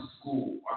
school